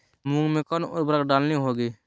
मूंग में कौन उर्वरक डालनी होगी?